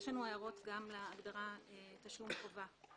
יש לנו הערות גם להגדרה "תשלום חובה".